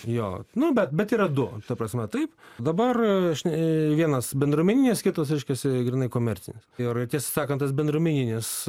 jo nu bet bet yra du ta prasme taip dabar aš ne vienas bendruomeninis kitas reiškiasi grynai komercins ir tiesą sakant tas bendruomeninis